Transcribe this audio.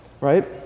Right